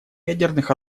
ядерных